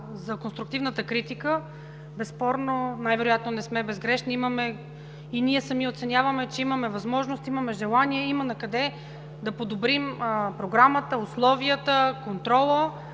за конструктивната критика. Безспорно, най-вероятно не сме безгрешни. Ние сами оценяваме, че имаме възможност, имаме желание, има накъде да подобрим Програмата, условията, контрола